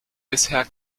bisher